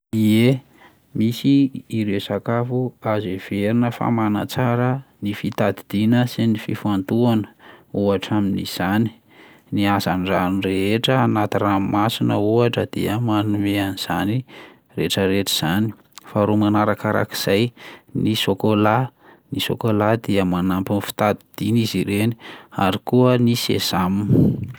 Ie, misy ireo sakafo azo heverina fa manatsara ny fitadidiana sy ny fifantohana, ohatra amin'izany: ny hazan-drano rehetra anaty ranomasina ohatra dia manome an'izany rehetrarehetra zany; faharoa manarakarak'izay ny sôkôla, ny sôkôla dia manampy ny fitadidiana izy ireny ary koa ny sésame.